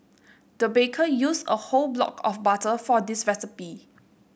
the baker used a whole block of butter for this recipe